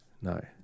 No